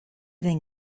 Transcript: den